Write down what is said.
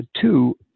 Two